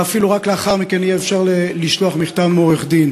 ואפילו רק לאחר מכן יהיה אפשר לשלוח מכתב מעורך-דין.